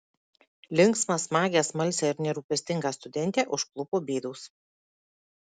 linksmą smagią smalsią ir nerūpestingą studentę užklupo bėdos